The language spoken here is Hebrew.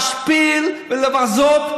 להשפיל ולבזות.